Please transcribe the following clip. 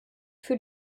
für